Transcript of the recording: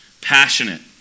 Passionate